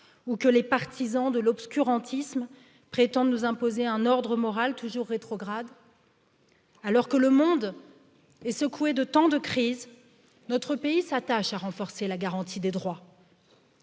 ou que les partisans de l'obscurantisme prétendent nous imposer un ordre moral toujours rétrograde que le monde est secoué de tant de crises notre pays s'attache à renforcer la garantie des droits